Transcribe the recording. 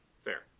Fair